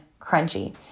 Crunchy